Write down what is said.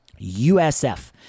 USF